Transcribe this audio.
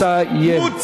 לסיים.